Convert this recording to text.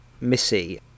Missy